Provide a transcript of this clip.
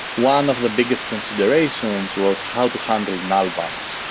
one of the biggest considerations was how to handle null binds,